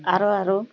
আরও আরও